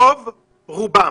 רוב רובם.